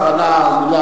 השר ענה.